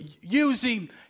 using